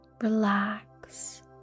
Relax